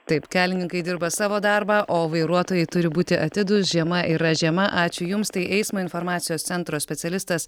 taip kelininkai dirba savo darbą o vairuotojai turi būti atidūs žiema yra žiema ačiū jums tai eismo informacijos centro specialistas